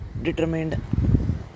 determined